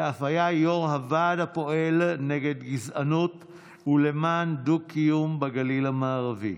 ואף היה יו"ר הוועד הפועל נגד גזענות ולמען דו-קיום בגליל המערבי.